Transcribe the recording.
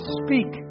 speak